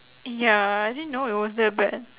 ya I didn't know it was that bad